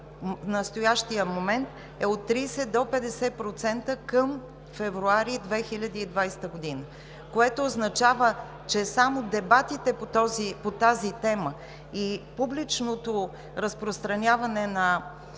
настоящия момент е от 30 до 50% към месец февруари 2020 г. Това означава, че само дебатите по тази тема и публичното разпространяване на